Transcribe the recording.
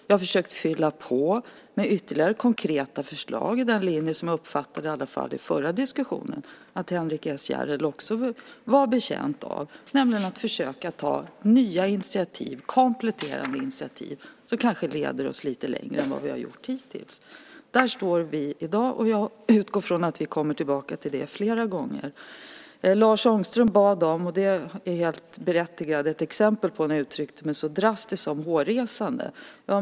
Jag har försökt fylla på med ytterligare konkreta förslag - den linje som jag uppfattade, i alla fall i förra diskussionen, att Henrik S Järrel också var inne på, nämligen att försöka ta nya initiativ, kompletterande initiativ som kanske leder oss lite längre än vi har kommit hittills. Där står vi i dag, och jag utgår ifrån att vi kommer tillbaka till det här fler gånger. Det Lars Ångström bad om - ett exempel - är helt berättigat eftersom jag uttryckte mig så drastiskt som "hårresande".